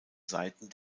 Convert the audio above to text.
seiten